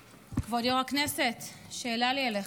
כבוד יו"ר הישיבה, שאלה לי אליך.